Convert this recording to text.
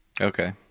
okay